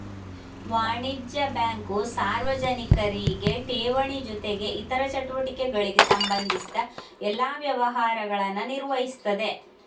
ವಾಣಿಜ್ಯ ಬ್ಯಾಂಕು ಸಾರ್ವಜನಿಕರಿಗೆ ಠೇವಣಿ ಜೊತೆಗೆ ಇತರ ಚಟುವಟಿಕೆಗಳಿಗೆ ಸಂಬಂಧಿಸಿದ ಎಲ್ಲಾ ವ್ಯವಹಾರಗಳನ್ನ ನಿರ್ವಹಿಸ್ತದೆ